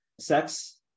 sex